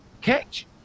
catch